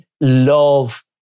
love